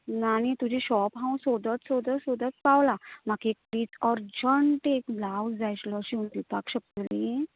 आनी तुजीं सॉप हांव सोदत सोदत पावला म्हाकां एक प्लीज ब्लाव्ज जाय आसलो तुमीं शिंवन दिवपाक शकतली